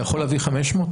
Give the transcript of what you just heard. אתה יכול להביא 500?